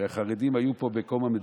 הרי בקום המדינה החרדים היו פה 2%,